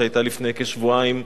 שהיתה לפני כשבועיים,